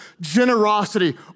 Generosity